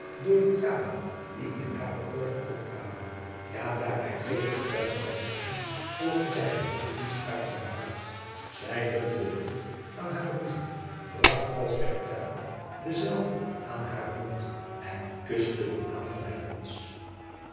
door de tranen die in hare oogen opkwamen ja daar er geene getuigen bij waren volgde zij geheel de inspraak van haar hart zij drukte den brief aan haren boezem bragt als werktuigelijk denzelven aan haren mond en kuste den naam van